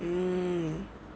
mmhmm